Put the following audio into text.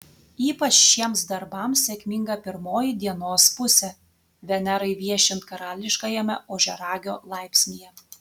ypač šiems darbams sėkminga pirmoji dienos pusė venerai viešint karališkajame ožiaragio laipsnyje